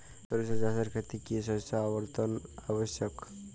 সরিষা চাষের ক্ষেত্রে কি শস্য আবর্তন আবশ্যক?